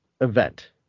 event